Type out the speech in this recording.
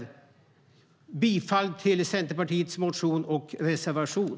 Jag yrkar bifall till Centerpartiets motion och reservation.